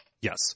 Yes